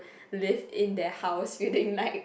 live in their house building like